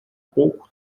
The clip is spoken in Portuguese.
pouco